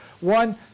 one